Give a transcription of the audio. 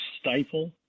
stifle